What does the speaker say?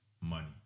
money